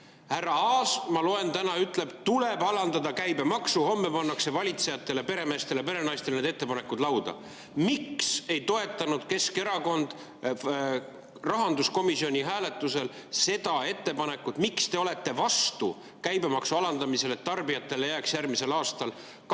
härra Aas, ma loen, täna ütleb: tuleb alandada käibemaksu, homme pannakse valitsejatele, peremeestele-perenaistele need ettepanekud lauda –, miks ei toetanud Keskerakond rahanduskomisjoni hääletusel seda ettepanekut? Miks te olete vastu käibemaksu alandamisele, et tarbijatele jääks järgmisel aastal 225